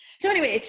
so anyway,